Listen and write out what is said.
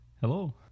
Hello